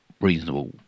reasonable